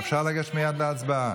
אפשר לגשת מייד להצבעה.